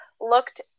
looked